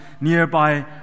nearby